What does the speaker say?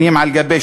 שנים על שנים,